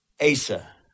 Asa